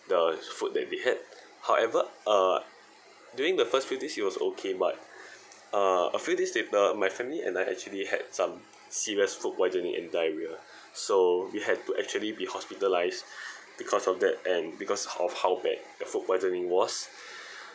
the food that they had however uh during the first few days it was okay but uh a few days trip uh my family and I actually had some serious food poisoning and diarrhoea so we had to actually be hospitalised because of that and because of how bad the food poisoning was